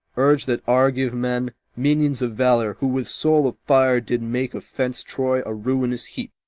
urge that argive men, minions of valour, who with soul of fire did make of fenced troy a ruinous heap,